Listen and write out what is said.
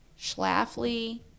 Schlafly